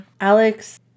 Alex